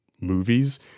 movies